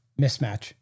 mismatch